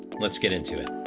let's get into it.